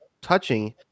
touching